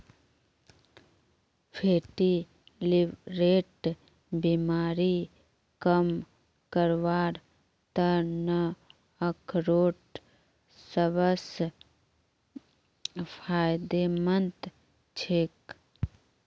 fatty लीवरेर बीमारी कम करवार त न अखरोट सबस फायदेमंद छेक